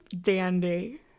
dandy